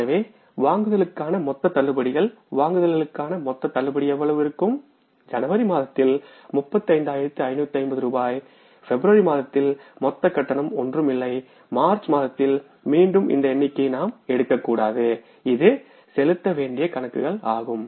எனவே வாங்குதல்களுக்கான மொத்த தள்ளுபடிகள் வாங்குதல்களுக்கான மொத்த தள்ளுபடி எவ்வளவு இருக்கும்ஜனவரி மாதத்தில் 35550 ரூபாய்பிப்ரவரி மாதத்தில் மொத்த கட்டணம் ஒன்றும் இல்லைமார்ச் மாதத்தில் மீண்டும் இந்த எண்ணிக்கையைநாம் எடுக்கக்கூடாது இது செலுத்த வேண்டிய கணக்குகள் ஆகும்